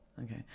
Okay